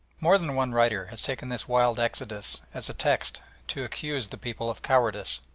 more than one writer has taken this wild exodus as a text to accuse the people of cowardice.